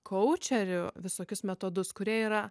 kaučerių visokius metodus kurie yra